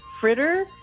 fritter